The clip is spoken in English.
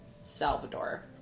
Salvador